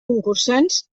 concursants